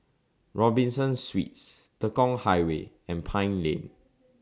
Robinson Suites Tekong Highway and Pine Lane